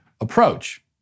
approach